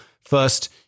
First